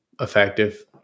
effective